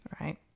Right